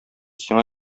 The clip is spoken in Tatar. сиңа